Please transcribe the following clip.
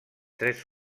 tres